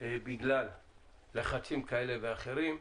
בגלל לחצים כאלה ואחרים,